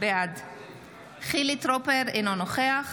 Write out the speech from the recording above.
בעד חילי טרופר, אינו נוכח